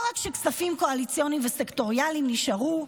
לא רק כספים קואליציוניים וסקטוריאליים נשארו,